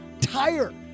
tire